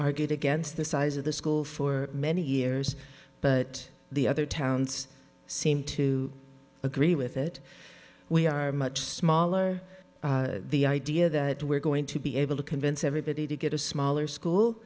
argued against the size of the school for many years but the other towns seem to agree with it we are much smaller the idea that we're going to be able to convince everybody to get a smaller school